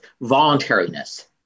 voluntariness